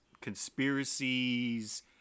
conspiracies